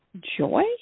joy